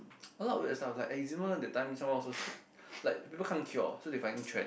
a lot of weird stuff like eczema that time someone also should like people can't cure so they finding trend